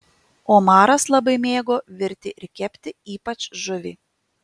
omaras labai mėgo virti ir kepti ypač žuvį